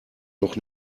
noch